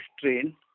train